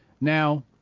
Now